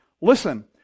listen